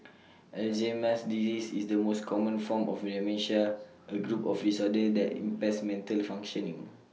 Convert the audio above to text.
Alzheimer's disease is the most common form of dementia A group of disorders that impairs mental functioning